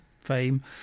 fame